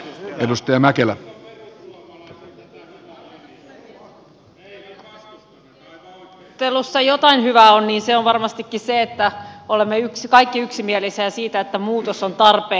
jos tässä keskustelussa jotain hyvää on niin se on varmastikin se että olemme kaikki yksimielisiä siitä että muutos on tarpeen